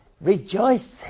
Rejoice